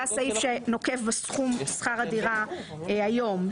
זה הסעיף שנוקב בסכום שכר הדירה היום,